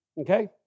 Okay